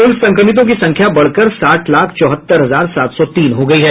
कुल संक्रमितों की संख्या बढ़कर साठ लाख चौहत्तर हजार सात सौ तीन हो गयी है